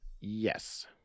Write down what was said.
Yes